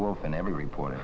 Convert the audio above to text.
worth and every report